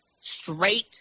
straight